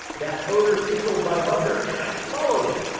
that odor tickled my hunger and i followed it.